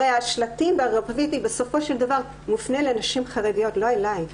הרי השלטים והגרפיטי בסופו של דבר מופנה לנשים חרדיות ולא אלי.